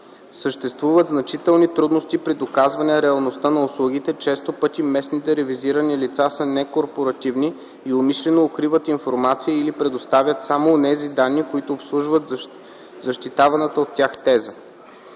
съществуват значителни трудности при доказване реалността на услугите; често пъти местните ревизирани лица са некорпоративни и умишлено укриват информация или предоставят само онези данни, които обслужват защитаваната от тях теза;